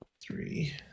three